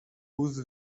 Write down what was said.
whose